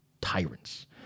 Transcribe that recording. tyrants